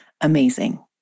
Amazing